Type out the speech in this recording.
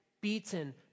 beaten